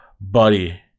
Buddy